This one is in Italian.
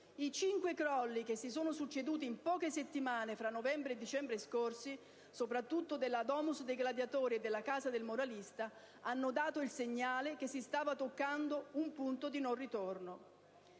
I cinque crolli che si sono succeduti in poche settimane, nei mesi di novembre e dicembre dello scorso anno, soprattutto della «*Domus* dei Gladiatori» e della «Casa del Moralista», hanno dato il segnale che si stava toccando un punto di non ritorno.